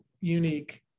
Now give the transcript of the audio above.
unique